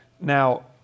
Now